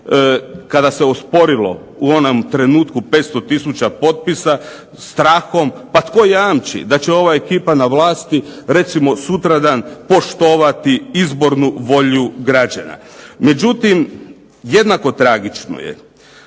kada se osporilo u onom trenutku 500 tisuća potpisa strahom. Pa tko jamči da će ova ekipa na vlasti recimo sutradan poštovati izbornu volju građana. Međutim, jednako tragično je